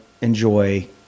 enjoy